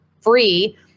free